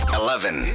eleven